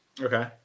Okay